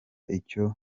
icyo